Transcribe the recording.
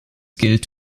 gilt